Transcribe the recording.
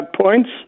points